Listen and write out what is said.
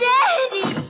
Daddy